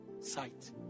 sight